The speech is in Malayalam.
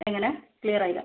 എങ്ങനെ ക്ലിയർ ആയില്ല